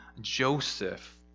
Joseph